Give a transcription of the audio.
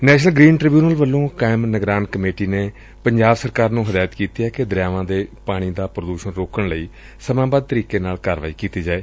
national green tribunal ਵੱਲੋਂ ਕਾਇਮ ਨਿਗਰਾਨ ਕਮੇਟੀ ਨੇ ਪੰਜਾਬ ਸਰਕਾਰ ਨੂੰ ਹਦਾਇਤ ਕੀਤੀ ਏ ਕਿ ਦਰਿਆਵਾਂ ਦੇ ਪਾਣੀ ਦਾ ਪ੍ਦੂਸ਼ਣ ਰੋਕਣ ਲਈ ਸਮਾਬਬਧ ਤਰੀਕੇ ਨਾਲ ਕਾਰਵਾਈ ਕੀਤੀ ਜਾਏ